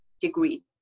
degree